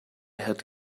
had